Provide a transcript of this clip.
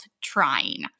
trying